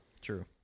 true